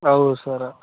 ಹೌದು ಸರ್ರ